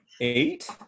eight